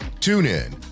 TuneIn